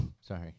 Sorry